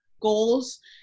goals